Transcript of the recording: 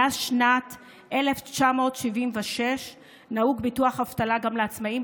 מאז שנת 1976 נהוג ביטוח אבטלה גם לעצמאים,